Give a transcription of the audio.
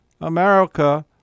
America